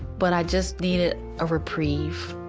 but i just needed a reprieve